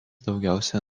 daugiausia